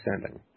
sending